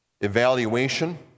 evaluation